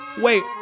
Wait